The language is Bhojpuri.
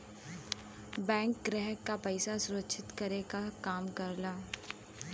बैंक ग्राहक क पइसा सुरक्षित रखे क काम करला